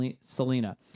Selena